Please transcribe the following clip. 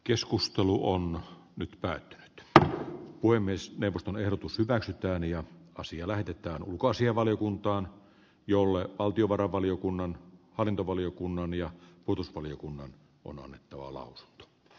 keskustelu on nyt päättänyt että puhemiesneuvoston ehdotus hyväksytään ja asia lähetetään ulkoasiainvaliokuntaan jolle valtiovarainvaliokunnan hallintovaliokunnan ja kutus valiokunnan on annettava laulut